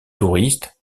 touristes